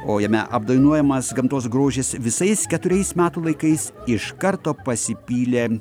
o jame apdainuojamas gamtos grožis visais keturiais metų laikais iš karto pasipylė